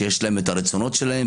שיש להם את הרצונות שלהם,